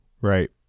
Right